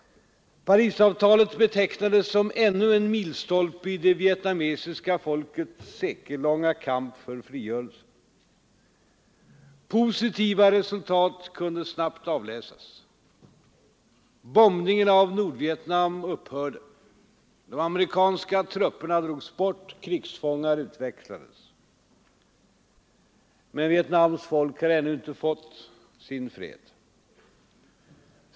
Parisavtalet betecknades som ännu en milstolpe i det vietnamesiska folkets sekellånga kamp för frigörelse. Positiva resultat kunde snabbt avläsas. Bombningen av Nordvietnam upphörde. De amerikanska trupperna drogs bort. Krigsfångar utväxlades. Men Vietnams folk har ännu inte fått sin fred.